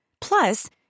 Plus